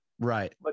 Right